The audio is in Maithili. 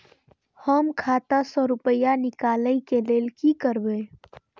हम खाता से रुपया निकले के लेल की करबे?